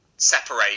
Separate